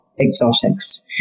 exotics